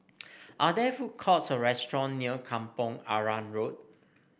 are there food courts or restaurant near Kampong Arang Road